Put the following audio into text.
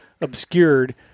obscured